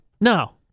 no